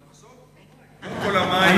לחסוך במים.